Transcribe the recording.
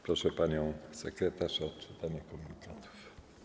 Proszę panią poseł sekretarz o odczytanie komunikatów.